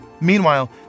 Meanwhile